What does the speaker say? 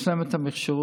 יש להם את המכשור.